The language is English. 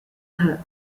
her